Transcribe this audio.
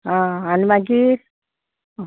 आं आनी मागीर